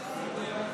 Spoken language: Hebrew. אני מציע,